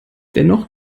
dennoch